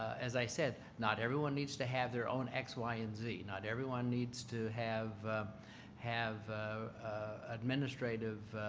as i said, not everyone needs to have their own x, y, and z. not everyone needs to have have administrative